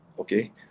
Okay